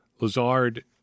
Lazard